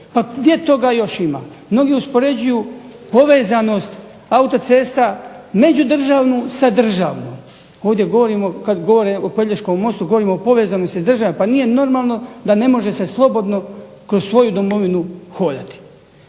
Pa gdje toga još ima? Mnogi uspoređuju povezanost autocesta međudržavnu sa državnom. Ovdje govorim kad govore o Pelješkom mostu govorim o povezanosti država. Pa nije normalno da ne može se slobodno kroz svoju Domovinu hodati.